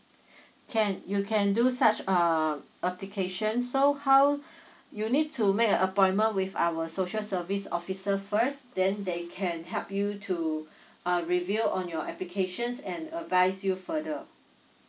can you can do such err application so how you need to make an appointment with our social service officer first then they can help you to uh review on your applications and advise you further